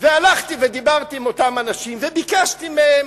והלכתי ודיברתי עם אותם אנשים וביקשתי מהם,